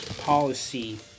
policy